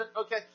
okay